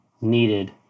needed